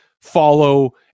follow